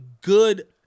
good